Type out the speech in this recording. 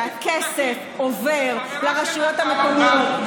שהכסף עובר לרשויות המקומיות,